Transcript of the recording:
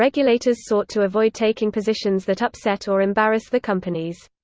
regulators sought to avoid taking positions that upset or embarrass the companies.